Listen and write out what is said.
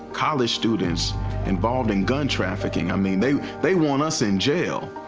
college students involved in gun trafficking. i mean they they want us in jail.